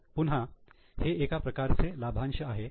पुन्हा हे एका प्रकारचे लाभांश आहे